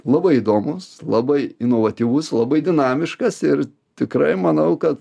labai įdomus labai inovatyvus labai dinamiškas ir tikrai manau kad